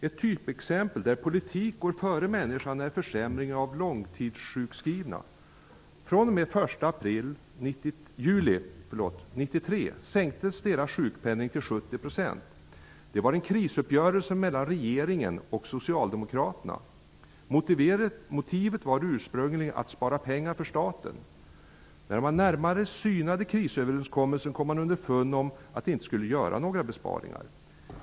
Ett typexempel där politik går före människan är försämringen för långtidssjukskrivna. Den 1 juli 1993 sänktes deras sjukpenning till 70 %. Detta var en krisuppgörelse mellan regeringen och Socialdemokraterna. Motivet var ursprungligen att spara pengar åt staten. När man närmare synade krisöverenskommelsen kom man underfund om att detta inte skulle göra några besparingar.